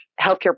healthcare